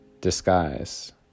disguise